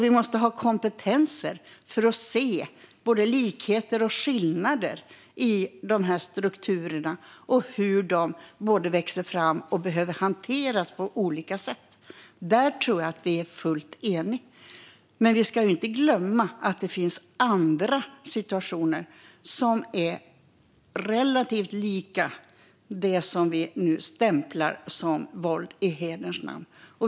Vi måste ha kompetenser för att se både likheter och skillnader i de här strukturerna och hur de växer fram och behöver hanteras på olika sätt. Där tror jag att vi är fullt eniga. Men vi ska inte glömma att det finns andra situationer som är relativt lika det som vi nu stämplar som våld i hederns namn.